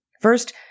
First